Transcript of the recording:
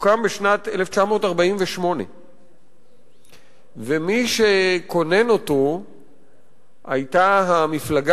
הוקם בשנת 1948. מי שכונן אותו היה המפלגה